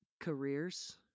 careers